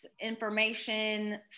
information